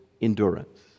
endurance